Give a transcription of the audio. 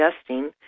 adjusting